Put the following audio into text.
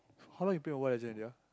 how long you play Mobile-Legend already ah